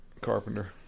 Carpenter